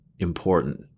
important